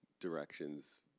directions